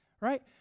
Right